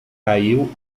caiu